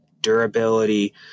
durability